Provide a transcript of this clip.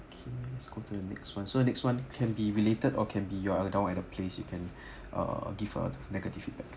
okay let's go to the next one so next one can be related or can be your uh down at a place you can uh give a negative feedback